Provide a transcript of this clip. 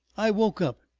i woke up,